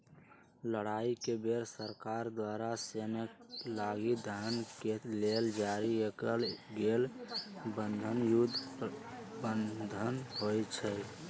लड़ाई के बेर सरकार द्वारा सेनाके लागी धन के लेल जारी कएल गेल बन्धन युद्ध बन्धन होइ छइ